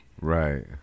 Right